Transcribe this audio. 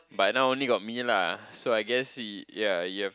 but now only got me lah so I guess he yeah you have